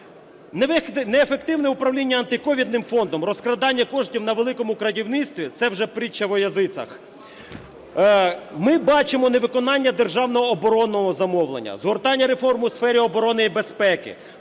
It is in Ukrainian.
Неефективне управління антиковідним фондом, розкрадання коштів на "великому крадівництві" – це вже притча во язицах. Ми бачимо невиконання державного оборонного замовлення, згортання реформ у сфері оборони і безпеки.